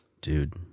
Dude